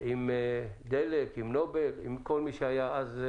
עם דלק, עם נובל, עם כל מי שהיה אז.